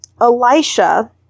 Elisha